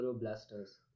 blasters